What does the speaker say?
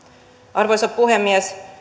arvoisa puhemies